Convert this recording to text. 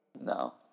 No